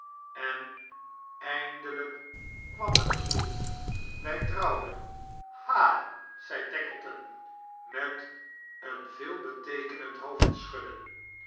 en eindelijk kwam het er toe wij trouwden ha zei tackleton met een veelbeteekenend